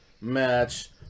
match